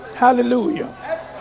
Hallelujah